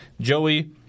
Joey